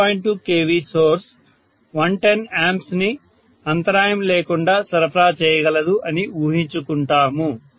2 kV source 110 A ని అంతరాయం లేకుండా సరఫరా చేయగలదు అని ఊహించుకుంటాము